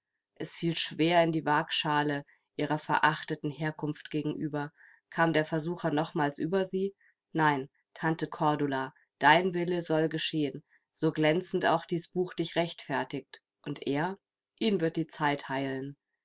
es fiel schwer in die wagschale ihrer verachteten herkunft gegenüber kam der versucher nochmals über sie nein tante cordula dein wille soll geschehen so glänzend auch dies buch dich rechtfertigt und er ihn wird die zeit heilen